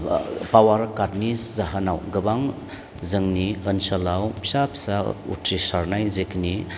power काटनि जाहोनाव गोबां जोंनि ओनसोलाव फिसा फिसा उथ्रिसारनाय जेखिनि